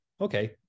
okay